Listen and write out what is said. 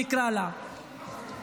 נקרא לה,